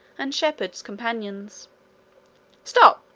and shepherd's companions stop!